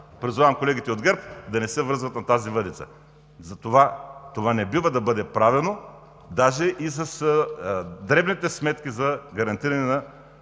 Призовавам колегите от ГЕРБ да не се връзват на тази въдица. Това не бива да бъде правено даже и с дребните сметки за гарантиране на